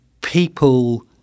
people